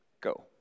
go